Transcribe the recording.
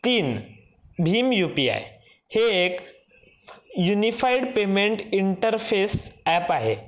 तीन भीम U P I हे एक यूनिफाईड पेमेन्ट इंटरफेस ॲप आहे